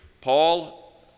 Paul